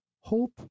Hope